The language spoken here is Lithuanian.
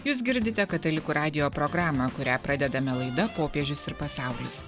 jūs girdite katalikų radijo programą kurią pradedame laida popiežius ir pasaulis